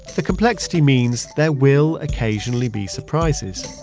the complexity means there will occasionally be surprises.